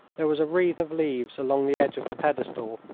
there was a wreath of leaves along the edge of the pedestal,